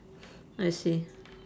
I see